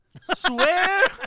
swear